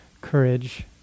courage